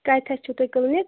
کَتہِ حظ چھُو تۄہہِ کٕلنِک